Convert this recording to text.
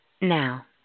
Now